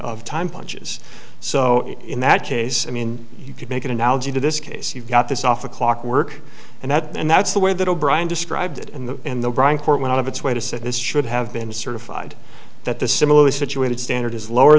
of time punches so in that case i mean you could make an analogy to this case you've got this off the clock work and that and that's the way that o'brien described it and the and the brian court went out of its way to say this should have been certified that the similarly situated standard is lower